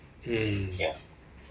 mm